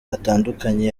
atandukanye